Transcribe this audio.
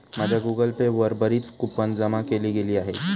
माझ्या Google Pay वर बरीच कूपन जमा केली गेली आहेत